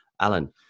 Alan